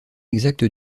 exacte